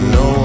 no